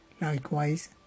Likewise